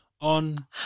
on